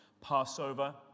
Passover